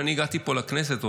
כשאני הגעתי לפה לכנסת,